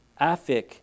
Afik